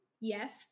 Yes